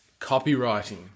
copywriting